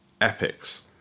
epics